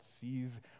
sees